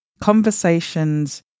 Conversations